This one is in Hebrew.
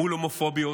מול הומופוביות,